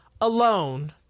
alone